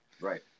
right